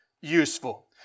useful